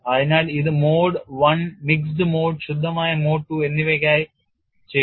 അതിനാൽ ഇത് mode I mixed mode ശുദ്ധമായ മോഡ് II എന്നിവയ്ക്കായി ചെയ്തു